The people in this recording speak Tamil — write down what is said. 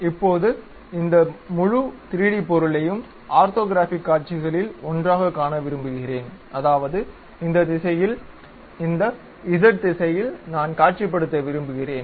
இப்போது இந்த முழு 3D பொருளையும் ஆர்த்தோகிராஃபிக் காட்சிகளில் ஒன்றாகக் காண விரும்புகிறேன் அதாவது இந்த திசையில் இந்த z திசையில் நான் காட்சிப்படுத்த விரும்புகிறேன்